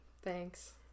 Thanks